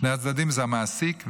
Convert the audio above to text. שני הצדדים זה המעסיק והעובדת.